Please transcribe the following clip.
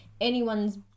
anyone's